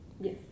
Yes